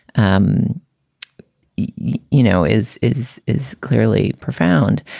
um you you know, is is is clearly profound.